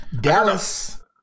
Dallas